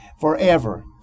forever